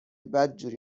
بدجوری